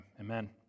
Amen